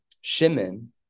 Shimon